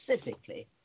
specifically